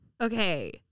Okay